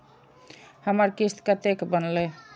हमर किस्त कतैक बनले?